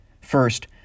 First